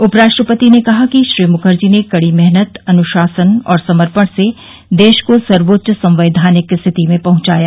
उपराष्ट्रपति ने कहा कि श्री मुखर्जी ने कड़ी मेहनत अनुशासन और समर्पण से देश को सर्वोच्च संवैधानिक स्थिति में पहुंचाया